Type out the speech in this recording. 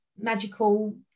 magical